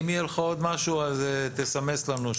אם יהיה לך עוד משהו, תסמס לנו.